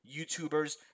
youtubers